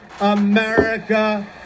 America